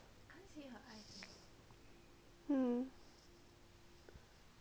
mm